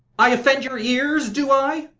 i offend your ears, do i?